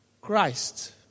Christ